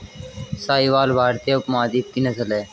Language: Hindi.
साहीवाल भारतीय उपमहाद्वीप की नस्ल है